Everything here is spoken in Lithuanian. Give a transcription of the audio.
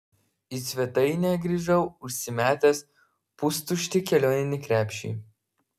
į svetainę grįžau užsimetęs pustuštį kelioninį krepšį